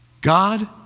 God